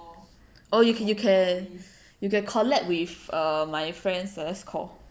oh you can you can you can collab with err my friend celeste koh